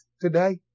today